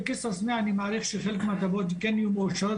בכסרא סמיע אני מעריך שחלק מהתב"עות כן יהיו מאושרות